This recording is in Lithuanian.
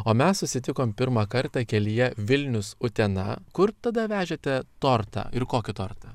o mes susitikom pirmą kartą kelyje vilnius utena kur tada vežėte tortą ir kokį tortą